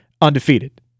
undefeated